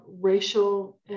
racial